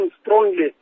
strongly